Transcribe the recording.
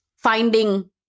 Finding